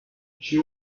she